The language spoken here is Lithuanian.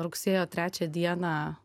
rugsėjo trečią dieną